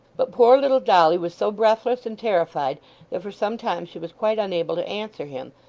but poor little dolly was so breathless and terrified that for some time she was quite unable to answer him,